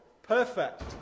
Perfect